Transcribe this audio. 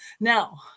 now